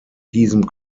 diesem